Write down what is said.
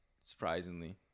surprisingly